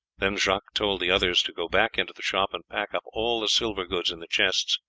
then jacques told the others to go back into the shop and pack up all the silver goods in the chests.